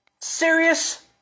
serious